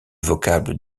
vocable